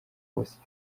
bose